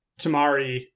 Tamari